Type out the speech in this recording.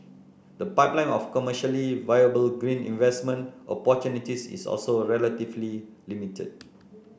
the pipeline of commercially viable green investment opportunities is also relatively limited